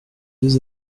deux